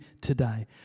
today